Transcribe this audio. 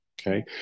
Okay